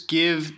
give